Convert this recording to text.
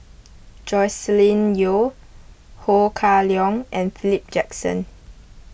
Joscelin Yeo Ho Kah Leong and Philip Jackson